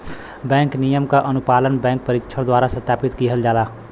bank नियम क अनुपालन बैंक परीक्षक द्वारा सत्यापित किहल जाला